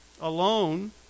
alone